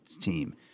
team